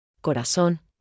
Corazón